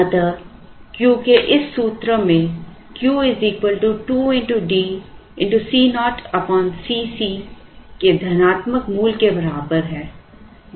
अतः Q के इस सूत्र में Q 2DCo Cc के धनात्मक मूल के बराबर है